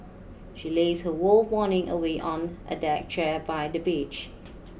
she lazed her whole morning away on a deck chair by the beach